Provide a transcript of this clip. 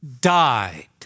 died